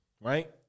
Right